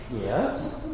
Yes